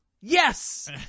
Yes